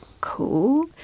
cool